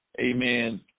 amen